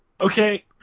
Okay